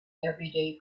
everyday